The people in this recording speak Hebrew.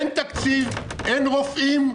אין תקציב, אין רופאים,